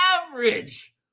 average